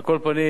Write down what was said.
על כל פנים,